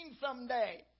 someday